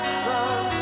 sun